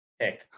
Pick